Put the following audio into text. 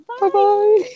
Bye-bye